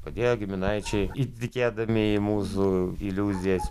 padėjo giminaičiai įtikėdami į mūsų iliuzijas